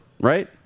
Right